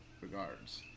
regards